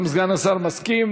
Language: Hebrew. גם סגן השר מסכים.